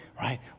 right